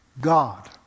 God